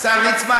השר ליצמן,